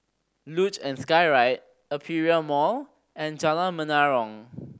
Luge and Skyride Aperia Mall and Jalan Menarong